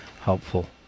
helpful